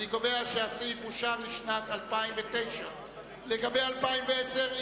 אני קובע שהסעיף אושר לשנת 2009. לגבי 2010,